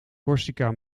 corsica